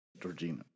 Georgina